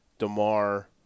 DeMar